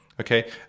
Okay